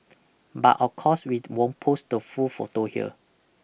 but of course we won't post the full photo here